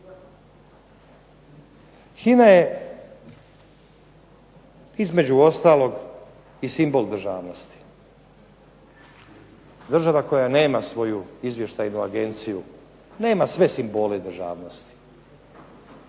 HINA je između ostalog i simbol državnosti. Država koja nema svoju izvještajnu agenciju nema sve simbole državnosti.